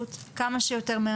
בזריזות כמה שיותר מהר,